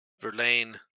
Verlaine